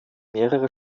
mehrere